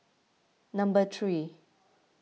number three